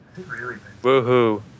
Woohoo